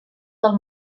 del